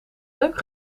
leuk